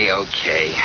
okay